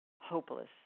hopeless